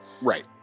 Right